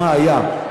מה היה.